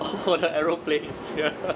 !oho! the aeroplane is here